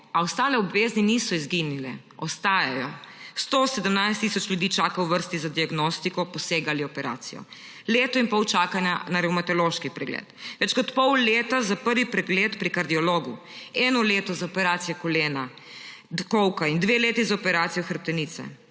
a ostale bolezni niso izginile. Ostajajo. 117 tisoč ljudi čaka v vrsti za diagnostiko, poseg ali operacijo. Leto in pol čakanja na revmatološki pregled, več kot pol leta za prvi pregled pri kardiologu, eno leto za operacijo kolka in dve leti za operacijo hrbtenice.